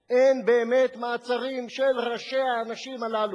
אין באמת מעצרים של ראשי האנשים הללו,